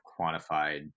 quantified